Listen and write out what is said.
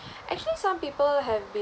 actually some people have been